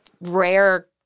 rare